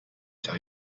tell